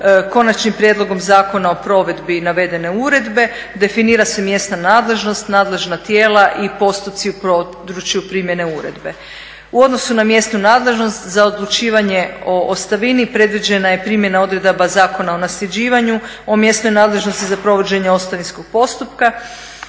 Konačnim prijedlogom zakona o provedbi navedene uredbe definira se mjesna nadležnost, nadležna tijela i postupci u području primjene uredbe. U odnosu na mjesnu nadležnost za odlučivanje o ostavini predviđena je primjena odredaba Zakona o nasljeđivanju, o mjesnoj nadležnosti za provođenje ostavinskom postupka